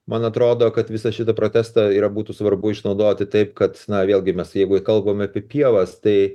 man atrodo kad visą šitą protestą yra būtų svarbu išnaudoti taip kad na vėlgi mes jeigu kalbame apie pievas tai